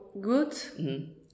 good